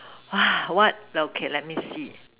!wah! what okay let me see